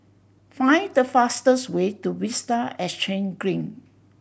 find the fastest way to Vista Exhange Green